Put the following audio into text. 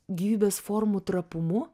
gyvybės formų trapumu